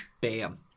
bam